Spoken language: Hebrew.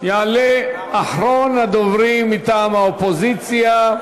יעלה אחרון הדוברים מטעם האופוזיציה,